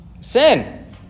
Sin